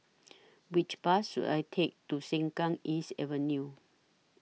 Which Bus should I Take to Sengkang East Avenue